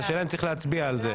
האם צריך להצביע על זה?